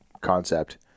concept